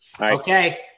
Okay